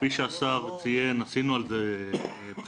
כפי שהשר ציין, קיימנו על כך בחינה,